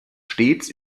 stets